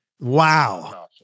wow